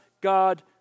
God